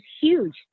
huge